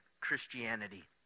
Christianity